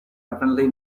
apparently